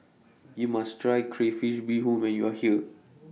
YOU must Try Crayfish Beehoon when YOU Are here